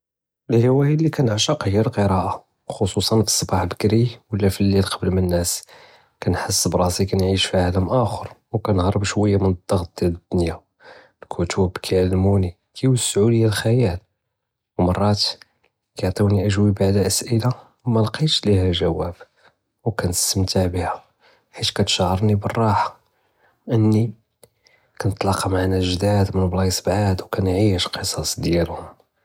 אלהוַאיַה לִי כּנְעְשֶׁק הִיֵא אלקִּראאַה، חְ'צוּסַאן פצּבַאח בּכּרִי ולא פלִיל קּבּל מא ננְעְס, כּנְחס בּראסִי כּנְעִיש פעַאלַם אַח׳ַר וכנְהְרְבּ שׁוּיַא מן דַעְט אלדֻנְיַא, לִכּתֻבּ כִּיעַלְמוּנִי וּכִּיוַסְעוּ לִיַא אלחְ'יַאל וּמְרַאת כִּיעְטִיוּנִי אַגְ'וּבַּה עלא אַסְאִלַה מַלְקִיתשׁ לִיהַא אלגְ'ואַאבּ וּכנְסְתַמְתִע בִּיהַא חִית כִּיתְשַׁעְרנִי בּרַאחַה ואנִי כּנְתְלַאקּא מעא נַאס גְ'דַאד מן בּלַאיְץ בּעַאד וּכנְעִישׁ אלקִּצַצ דִיַאלְהוּם.